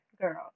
girl